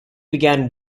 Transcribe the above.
began